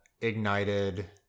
ignited